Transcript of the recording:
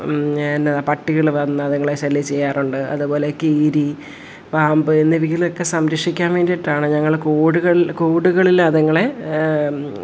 എന്നതാണ് പട്ടികൾ വന്ന് അതുങ്ങളെ ശല്യം ചെയ്യാറുണ്ട് അതുപോലെ കീരി പാമ്പ് എന്നിവയിലൊക്കെ സംരക്ഷിക്കാൻ വേണ്ടീട്ടാണ് ഞങ്ങൾ കൂടുകൾ കൂടുകളിൽ അതിങ്ങളെ